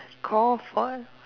call phone